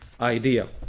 idea